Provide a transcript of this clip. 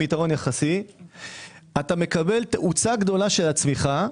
יתרון יחסי אתה מקבל תאוצה גדולה של הצמיחה,